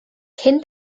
cyn